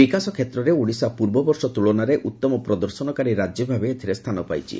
ବିକାଶ କ୍ଷେତ୍ରରେ ଓଡ଼ିଶା ପୂର୍ବବର୍ଷ ତୁଳନାରେ ଉତ୍ତମ ପ୍ରଦର୍ଶନକାରୀ ରାକ୍ୟ ଭାବେ ଏଥିରେ ସ୍ଥାନ ପାଇଛି